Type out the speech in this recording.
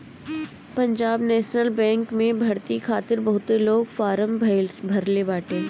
Punjab national bank में भर्ती खातिर बहुते लोग फारम भरले बाटे